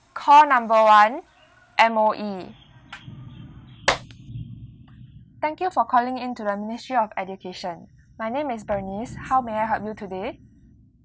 call number one M_O_E thank you for calling in to the ministry of education my name is bernice how may I help you today